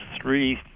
three